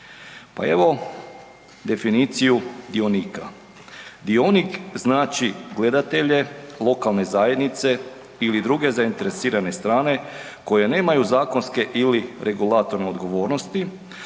Pa evo definiciju dionika, dionik znači gledatelj je lokalne zajednice ili druge zainteresirane strane koje nemaju zakonske ili regulatorne odgovornosti